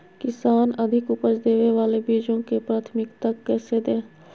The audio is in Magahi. किसान अधिक उपज देवे वाले बीजों के प्राथमिकता कैसे दे?